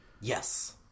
Yes